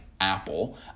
Apple